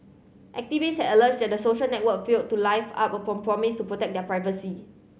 activists alleged the social network failed to live up a prom promise to protect their privacy